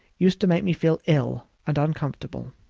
used to make me feel ill and uncomfortable.